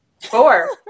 Four